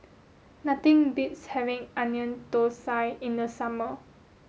nothing beats having onion thosai in the summer